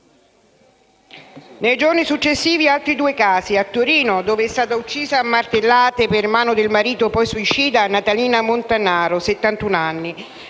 Nei giorni successivi vi sono stati altri due casi: a Torino, dove è stata uccisa a martellate, per mano del marito poi suicida, Natalina Montanaro, 71 anni;